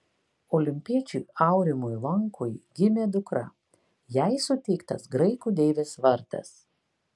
olimpiečiui aurimui lankui gimė dukra jai suteiktas graikų deivės vardas